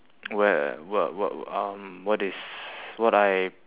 where what what um what is what I